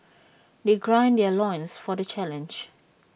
they ground their loins for the challenge